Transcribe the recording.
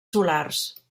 solars